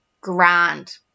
grand